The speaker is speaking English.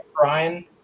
Brian